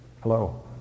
Hello